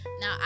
Now